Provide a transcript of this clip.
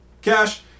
cash